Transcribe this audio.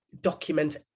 document